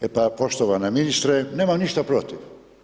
E pa, poštovani ministre, nemam ništa protiv.